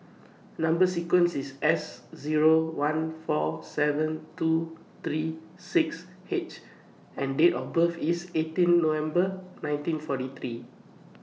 Number sequence IS S Zero one four seven two three six H and Date of birth IS eighteen November nineteen forty three